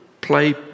play